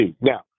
Now